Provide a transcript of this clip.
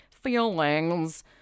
feelings